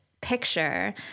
picture